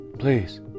please